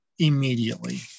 immediately